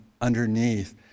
underneath